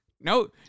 No